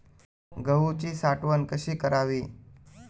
गहूची साठवण कशी करावी?